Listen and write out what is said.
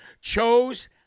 chose